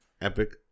epic